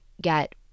get